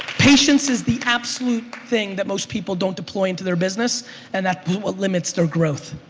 patience is the absolute thing that most people don't deploy in to their business and that's what limits their growth.